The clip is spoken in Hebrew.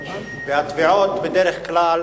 התביעות בדרך כלל